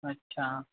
अच्छा